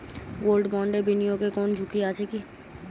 Gold বন্ডে বিনিয়োগে কোন ঝুঁকি আছে কি?